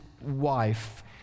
wife